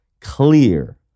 clear